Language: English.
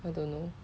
I don't know